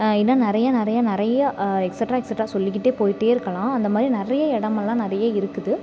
இன்றும் நிறையா நிறையா நிறையா எக்ஸெட்ரா எக்ஸெட்ரா சொல்லிக்கிட்டே போயிட்டே இருக்கலாம் அந்த மாதிரி நிறைய இடமெல்லாம் நிறைய இருக்குது